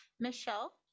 Michelle